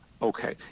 Okay